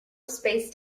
spaced